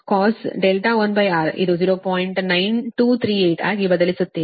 9238 ಆಗಿ ಬದಲಿಸುತ್ತೀರಿ